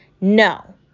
No